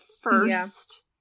first